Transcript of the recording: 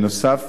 בנוסף,